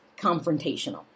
confrontational